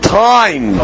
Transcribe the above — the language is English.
time